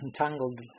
entangled